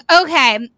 okay